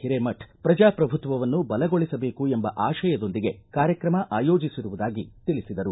ಹಿರೇಮಠ ಪ್ರಜಾಪ್ರಭುತ್ವವನ್ನು ಬಲಗೊಳಿಸಬೇಕು ಎಂಬ ಆಶಯದೊಂದಿಗೆ ಕಾರ್ಯಕ್ರಮ ಆಯೋಜಿಸಿರುವುದಾಗಿ ತಿಳಿಸಿದರು